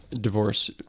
divorce